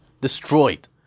destroyed